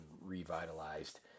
revitalized